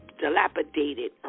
dilapidated